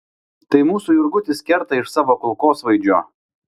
tai mūsų jurgutis kerta iš savo kulkosvaidžio